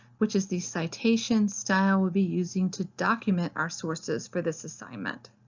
which is the citation style we'll be using to document our sources for this assignment.